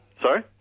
Sorry